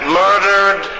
murdered